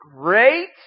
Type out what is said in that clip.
great